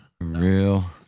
Real